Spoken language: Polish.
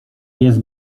jest